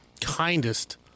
kindest